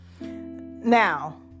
Now